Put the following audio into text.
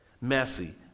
Messy